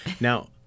Now